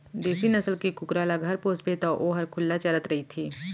देसी नसल के कुकरा ल घर पोसबे तौ वोहर खुल्ला चरत रइथे